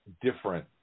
different